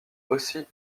aussi